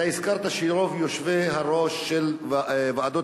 אתה הזכרת שרוב היושבי-ראש של ועדות